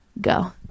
go